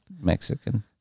Mexican